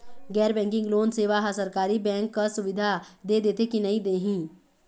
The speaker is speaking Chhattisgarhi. गैर बैंकिंग लोन सेवा हा सरकारी बैंकिंग कस सुविधा दे देथे कि नई नहीं?